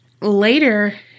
Later